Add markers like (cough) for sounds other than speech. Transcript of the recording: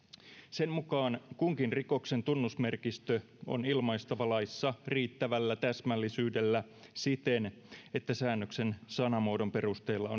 sen mukaan kunkin rikoksen tunnusmerkistö on ilmaistava laissa riittävällä täsmällisyydellä siten että säännöksen sanamuodon perusteella (unintelligible)